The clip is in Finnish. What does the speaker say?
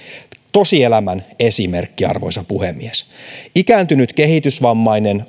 tosielämän esimerkki arvoisa puhemies ikääntynyt kehitysvammainen